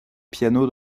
piano